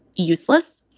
useless